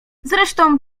zresztą